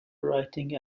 writing